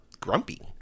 Grumpy